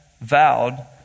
vowed